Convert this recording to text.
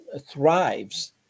thrives